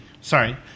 sorry